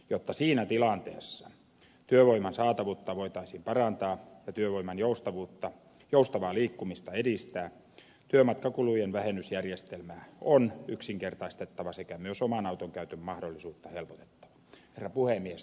jotta siinä tilanteessa työvoiman saatavuutta voitaisiin parantaa ja työvoiman joustavaa liikkumista edistää työmatkakulujen vähennysjärjestelmää on yksinkertaistettava sekä myös oman auton käytön mahdollisuutta helpotettava